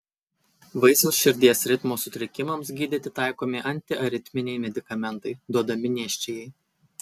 vaisiaus širdies ritmo sutrikimams gydyti taikomi antiaritminiai medikamentai duodami nėščiajai